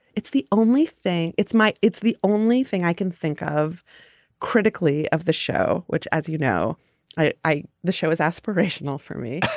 it's the only thing it's my it's the only thing i can think of critically of the show which as you know i. the show is aspirational for me